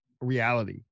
reality